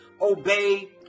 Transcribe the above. obey